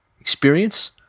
experience